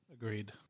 Agreed